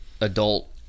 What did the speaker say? adult